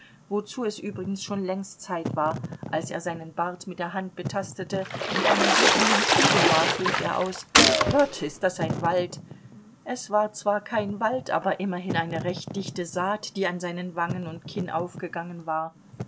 wozu es übrigens schon längst zeit war als er seinen bart mit der hand betastete und einen blick in den spiegel warf rief er aus gott ist das ein wald es war zwar kein wald aber immerhin eine recht dichte saat die an seinen wangen und kinn aufgegangen war